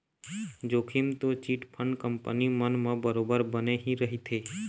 जोखिम तो chit fund company मन म बरोबर बने ही रहिथे